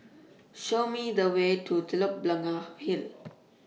Show Me The Way to Telok Blangah Hill